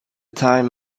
time